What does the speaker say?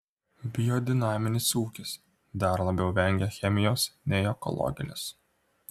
biodinaminis ūkis dar labiau vengia chemijos nei ekologinis